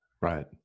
Right